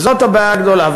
וזאת הבעיה הגדולה.